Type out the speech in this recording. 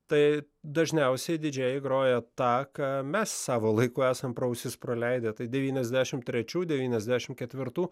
tai dažniausiai didžėjai groja tą ką mes savo laiku esam pro ausis praleidę tai devyniasdešimt trečių devyniasdešimt ketvirtų